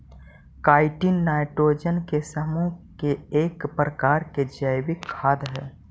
chitin nitrogen के समूह के एक प्रकार के जैविक खाद हई